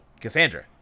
Cassandra